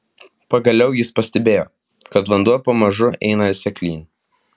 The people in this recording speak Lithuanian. pagaliau jis pastebėjo kad vanduo pamažu eina seklyn